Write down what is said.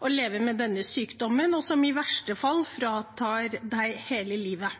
med denne sykdommen, som i verste fall fratar deg hele livet.